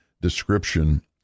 description